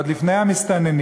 עוד לפני המסתננים,